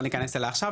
לא ניכנס אליה עכשיו,